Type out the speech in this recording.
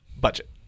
budget